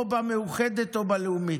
או במאוחדת או בלאומית.